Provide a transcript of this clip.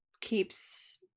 keeps